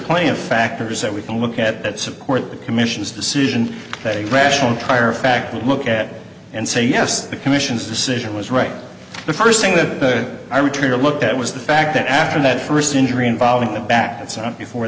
point of factors that we can look at that support the commission's decision that a rational enquire of fact we look at and say yes the commission's decision was right the first thing that i returned to look at was the fact that after that first injury involving the back before